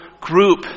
group